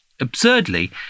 Absurdly